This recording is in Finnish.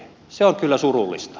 se on kyllä surullista